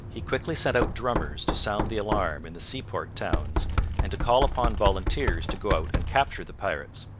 he quickly sent out drummers to sound the alarm in the seaport towns and to call upon volunteers to go out and capture the pirates.